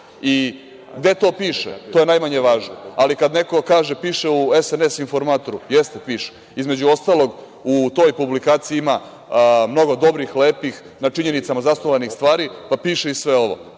I, gde to piše, to je najmanje važno, ali kada neko kaže – piše u SNS informatoru, jeste, piše. Između ostalog, u toj publikaciji ima mnogo dobrih, lepih, na činjenicama zasnovanih stvari, pa piše i sve ovo.